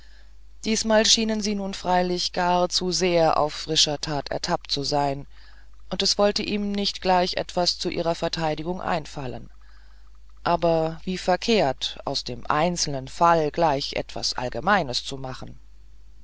diesmal schienen sie nun freilich gar zu sehr auf frischer tat ertappt zu sein und es wollte ihm nicht gleich etwas zu ihrer verteidigung einfallen aber wie verkehrt aus dem einzelnen fall gleich etwas allgemeines zu machen